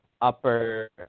upper